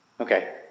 Okay